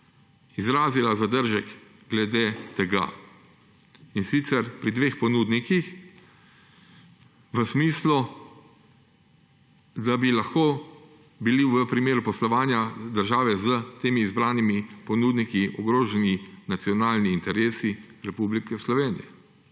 izrazila zadržek glede tega, in sicer pri dveh ponudnikih v smislu, da bi lahko bili v primeru poslovanja države s tema izbranima ponudnikoma ogroženi nacionalni interesi Republike Slovenije.